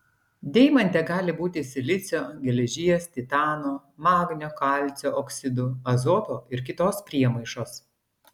deimante gali būti silicio geležies titano magnio kalcio oksidų azoto ir kitos priemaišos